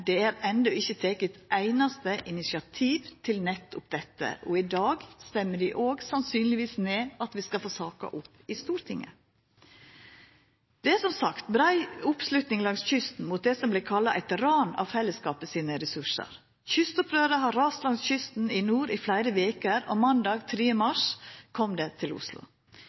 det er enno ikkje teke eit einaste initiativ til nettopp dette. I dag stemmer ein sannsynlegvis òg ned at vi skal få saka opp i Stortinget. Det er, som sagt, brei oppslutning langs kysten mot det som vert kalla eit ran av fellesskapets ressursar. Opprøret har rast langs kysten i nord i fleire veker, og måndag 3. mars kom det til Oslo.